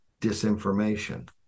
disinformation